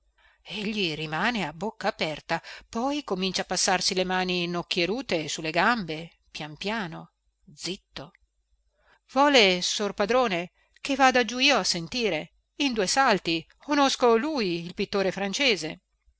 egli rimane a bocca aperta poi comincia a passarsi le mani nocchierute su le gambe pian piano zitto vole sor padrone che vada giù io a sentire in due salti onosco lui il pittore francese